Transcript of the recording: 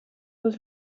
was